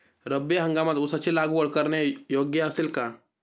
रब्बी हंगामात ऊसाची लागवड करणे योग्य असेल का?